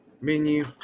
menu